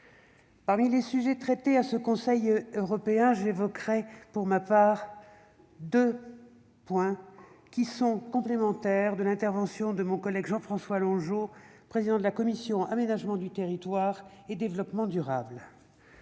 parmi les sujets traités dans le cadre de ce Conseil européen, j'évoquerai deux points qui sont complémentaires de l'intervention de mon collègue Jean-François Longeot, président de la commission de l'aménagement du territoire et du développement durable